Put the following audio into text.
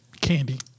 Candy